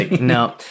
no